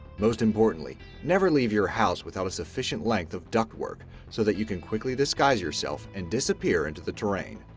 most importantly, never leave your house without a sufficient length of ductwork so that you can quickly disguise yourself and disappear into the terrain.